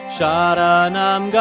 Sharanam